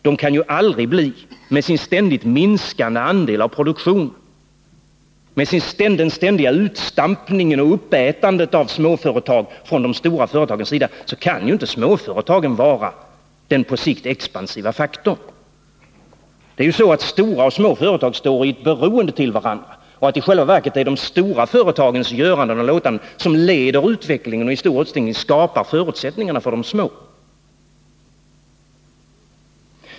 Men med sin ständigt minskande andel av produktionen — och med utstampningen och uppätandet av småföretag från de stora företagens sida — kan de små företagen aldrig bli den på sikt expansiva faktorn. Stora och små företag står i beroende av varandra. Och i själva verket är det de stora företagens göranden och låtanden som leder utvecklingen och i stor utsträckning skapar förutsättningarna för de små företagen.